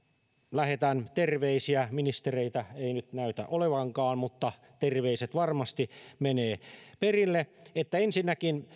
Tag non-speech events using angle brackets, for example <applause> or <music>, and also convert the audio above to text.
lähetän terveisiä ministereitä ei nyt näytä olevankaan mutta terveiset varmasti menevät perille että ensinnäkin <unintelligible>